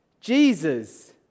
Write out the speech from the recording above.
Jesus